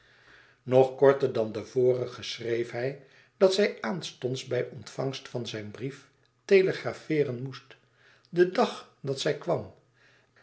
nog korter dan den vorigen schreef hij dat zij aanstonds bij ontvangst van zijn brief telegrafeeren moest den dag dat zij kwam